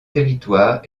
territoire